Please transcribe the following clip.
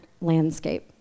landscape